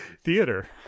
theater